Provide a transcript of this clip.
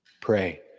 Pray